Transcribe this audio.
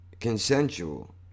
consensual